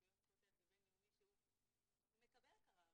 ביום זכויות הילד הבינלאומי שמקבל הכרה,